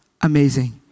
amazing